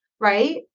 right